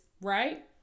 right